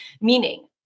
Meaning